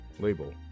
Label